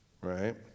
right